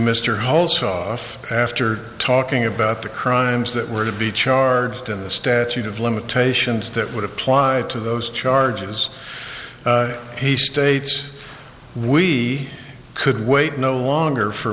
holds off after talking about the crimes that were to be charged in the statute of limitations that would apply to those charges he states we could wait no longer for